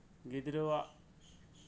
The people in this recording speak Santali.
ᱜᱤᱫᱽᱨᱟᱹᱣᱟᱜ